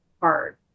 hard